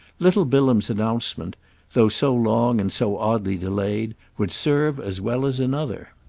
little bilham's announcement though so long and so oddly delayed would serve as well as another.